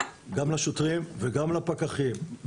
גם לשוטרים וגם לפקחים,